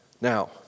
Now